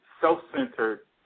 self-centered